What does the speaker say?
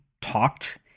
talked